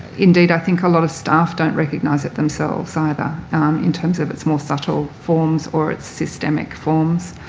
indeed, i think a lot of staff don't recognise it themselves either in terms of its more subtle forms or its systemic forms.